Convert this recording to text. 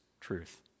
truth